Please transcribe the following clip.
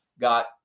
got